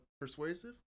persuasive